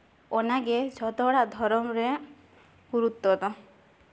ᱚᱱᱟᱜᱮ ᱡᱷᱚᱛᱚ ᱦᱚᱲᱟᱜ ᱫᱷᱚᱨᱚᱢ ᱨᱮ ᱜᱩᱨᱩᱛᱚ ᱫᱚ